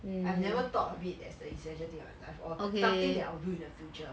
I've never thought of it as an essential in my life or something that I will do in the future